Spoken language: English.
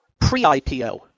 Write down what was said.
pre-IPO